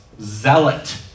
zealot